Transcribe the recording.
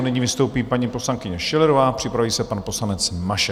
Nyní vystoupí paní poslankyně Schillerová, připraví se pan poslanec Mašek.